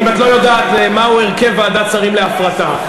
אם את לא יודעת מהו הרכב ועדת שרים להפרטה?